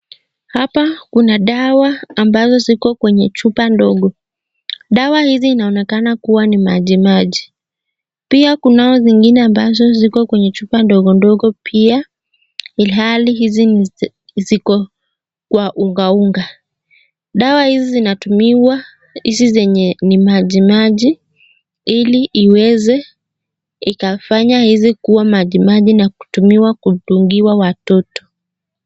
Hapa kuna dawa ambazo ziko kwenye chupa ndogo. Dawa hizi zinaonekana kuwa ni maji maji. Pia kuna zingine ambazo ziko kwenye chupa ndogo ndogo ilhali hizi ni za unga unga .Dawa hizi zinatumiwa hizi zenye zinaonekana kuwa za maji maji ili iweze ikafanye hizi kuwa maji maji nakutumiwa kudungiwa watoto.